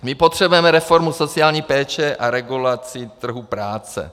My potřebujeme reformu sociální péče a regulaci trhu práce.